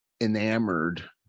enamored